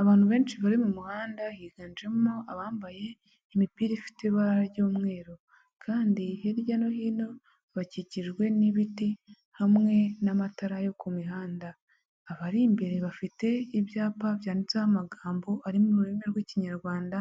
Abantu benshi bari mu muhanda, higanjemo abambaye imipira ifite ibara ry'umweru, kandi hirya no hino bakikijwe n'ibiti hamwe n'amatara yo ku mihanda, abari imbere bafite ibyapa byanditseho amagambo ari mu rurimi rw'Ikinyarwanda